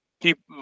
keep